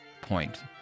point